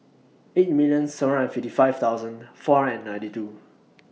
eight million seven hundred and fifty five thousand four hundred and ninety two